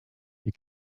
you